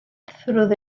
through